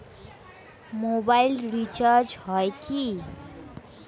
Mobile recharge হয় কি?